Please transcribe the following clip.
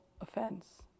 offense